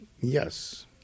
Yes